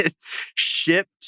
shipped